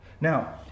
Now